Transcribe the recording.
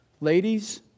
Ladies